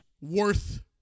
worth